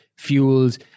fuels